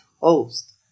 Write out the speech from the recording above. host